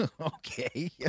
Okay